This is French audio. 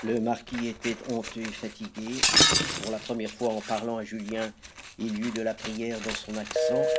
le marquis était honteux et fatigué pour la première fois en parlant à julien il y eut de la prière dans son accent